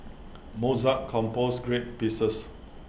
Mozart composed great pieces